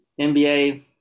NBA